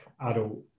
adult